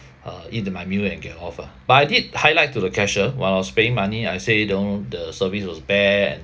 uh eat the my meal and get off ah but I did highlight to the cashier while I was paying money I say know the service was bad and